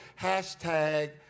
hashtag